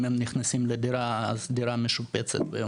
אם הם נכנסים לדירה אז הדירה משופצת והוא